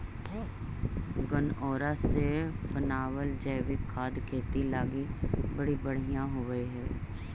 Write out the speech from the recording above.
गनऔरा से बनाबल जैविक खाद खेती लागी बड़ी बढ़ियाँ होब हई